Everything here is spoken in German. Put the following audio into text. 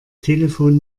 telefon